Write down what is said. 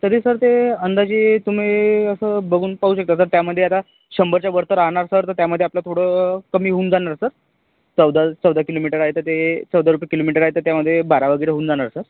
तरी सर ते अंदाजे तुम्ही असं बघून पाहू शकता जर त्यामधे आता शंभरच्या वर तर राहणार सर त्यामधेआपलं थोडं कमी होऊन जाणार सर चौदा चौदा किलोमीटर आहे तर ते चौदा रुपये किलोमीटर आहे तर त्यामध्ये बारा वगैरे होऊन जाणार सर